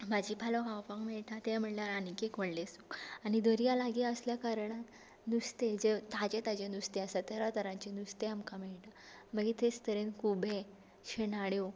भाजी पालो खावपाक मेळटा ते म्हळ्ळ्यार आनीक एक व्हडलें सूख आनी दर्या लागीं आसल्या कारणान नुस्तें जें ताजें ताजें नुस्तें आसा तरा तरांचें नुस्तें आमकां मेळटा मागीर तेच तरेन खुबे शिणाण्यो